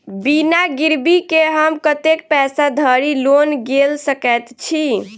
बिना गिरबी केँ हम कतेक पैसा धरि लोन गेल सकैत छी?